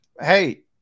Hey